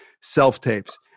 self-tapes